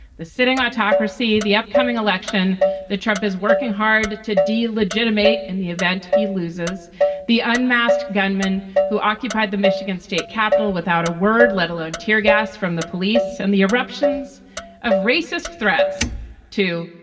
the sitting autocracy, the upcoming election that trump is working hard to deal legitimate in the event he loses the unmasked gunmen who occupied the michigan state capital without a word, let alone teargassed from the police and the eruptions of racist threats to,